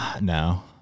no